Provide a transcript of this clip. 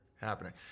happening